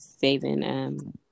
saving